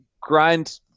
grind